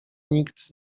nikt